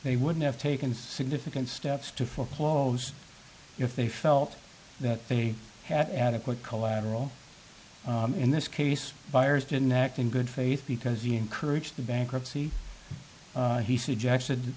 they wouldn't have taken significant steps to foreclose if they felt that they had adequate collateral in this case buyers didn't act in good faith because he encouraged the bankruptcy he suggested